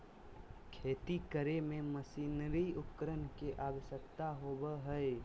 खेती करे में मशीनरी उपकरण के आवश्यकता होबो हइ